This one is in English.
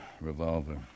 revolver